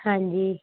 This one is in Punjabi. ਹਾਂਜੀ